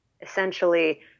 essentially